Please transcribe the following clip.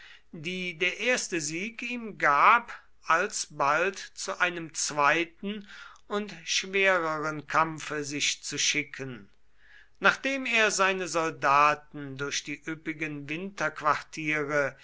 die der erste sieg ihm gab alsbald zu einem zweiten und schwereren kampfe sich zu schicken nachdem er seine soldaten durch die üppigen winterquartiere